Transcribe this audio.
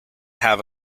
have